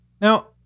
Now